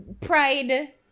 pride